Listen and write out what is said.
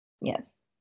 yes